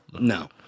No